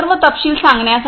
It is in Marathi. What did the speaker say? सर्व तपशील सांगण्यासाठी